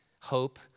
hope